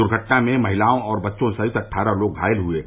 दुर्घटना में महिलाओं और बच्चों सहित अट्ठारह लोग घायल हुए हैं